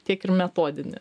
tiek ir metodinį